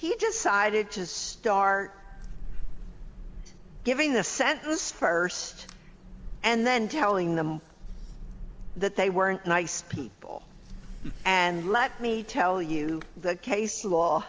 he just sided just start giving the set list first and then telling them that they weren't nice people and let me tell you that case law